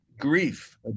grief